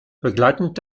begleitend